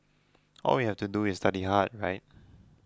all we have to do is study hard right